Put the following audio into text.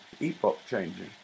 epoch-changing